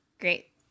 Great